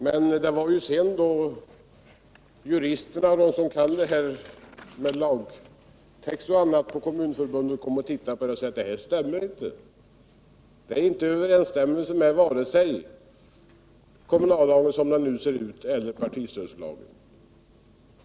Men sedan har juristerna — de som kan detta med lagtext och annat — på Kommunförbundet tittat på det här och sagt: Det stämmer inte — det är inte i överensstämmelse vare sig med kommunallagen som den ser ut nu eller med partistödslagen.